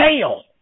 fail